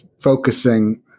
focusing